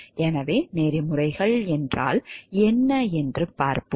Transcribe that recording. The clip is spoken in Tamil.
எனவே நெறிமுறைகள் என்றால் என்ன என்று பார்ப்போம்